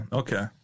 okay